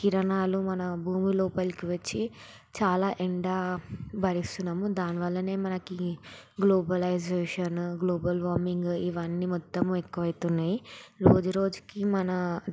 కిరణాలు మన భూమి లోపలికి వచ్చి చాలా ఎండ భరిస్తున్నాము దాని వల్లనే మనకి గ్లోబలైజేషన్ గ్లోబల్ వార్మింగ్ ఇవన్నీ మొత్తము ఎక్కువ అవుతున్నాము రోజు రోజుకీ మన